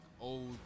old